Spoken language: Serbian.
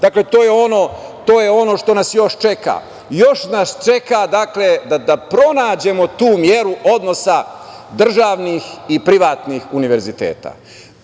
Dakle, to je ono što nas još čeka. Još nas čeka, dakle, da pronađemo tu meru odnosa državnih i privatnih univerziteta.